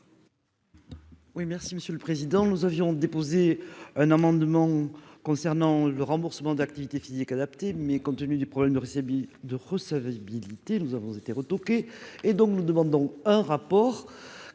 merci Monsieur le Président, nous avions déposé un amendement concernant le remboursement d'activités physiques adaptées mais compte tenu du problème de de recevabilité, nous avons été retoqué et donc, nous demandons un rapport